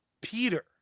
peter